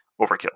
overkill